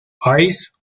ice